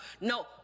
no